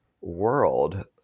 world